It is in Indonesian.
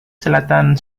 selatan